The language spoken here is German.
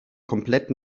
komplett